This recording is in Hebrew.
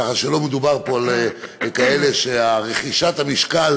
ככה שלא מדובר פה על כאלה שרכישת המשקל